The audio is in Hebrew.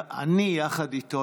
אני יחד איתו,